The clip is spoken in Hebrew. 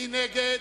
יעקב אדרי,